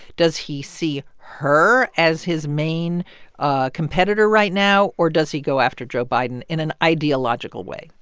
does he see her as his main ah competitor right now, or does he go after joe biden in an ideological way?